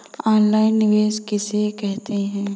Online निवेश किसे कहते हैं?